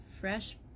fresh